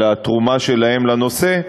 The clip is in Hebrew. על התרומה שלהם לנושא,